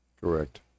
correct